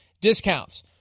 discounts